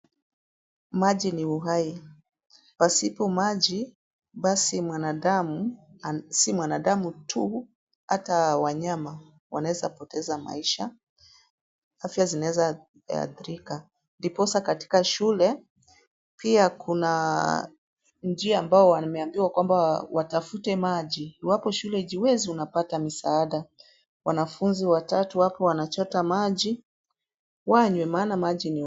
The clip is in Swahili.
Maji ni uhai. Pasipo maji, basi mwanadamu si mwanadamu tu hata wanyama wanaweza poteza maisha, afya zinaweza athirika. Ndiposa katika shule pia kuna njia ambayo wameambiwa kwamba watafute maji. Iwapo shule haijiwezi unapata misaada. Wanafunzi watatu wapo wanachota maji wanywe maana maji ni uhai.